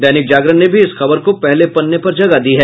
दैनिक जागरण ने भी इस खबर को पहले पन्ने पर जगह दी है